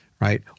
right